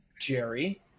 Jerry